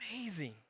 amazing